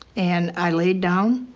and i laid down.